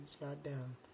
goddamn